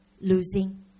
losing